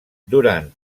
durant